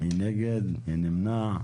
מי נגד, מי נמנע?